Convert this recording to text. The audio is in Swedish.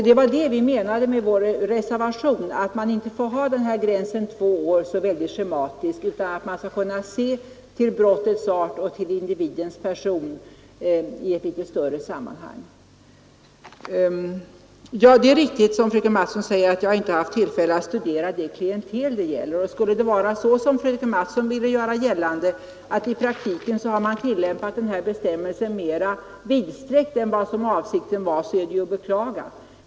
Det var detta vi menade med vår reservation — att man inte får ha den här gränsen två år så schematisk utan att man skall kunna se till brottets art och till brottslingens person i ett litet större sammanhang Det är riktigt som fröken Mattson säger, att jag inte har haft tillfälle att studera det klientel det gäller. Och skulle det vara så, som fröken Mattson ville göra gällande, att man i praktiken har tillämpat den här bestämmelsen mera vidsträckt än vad avsikten var, så är det ju att beklaga.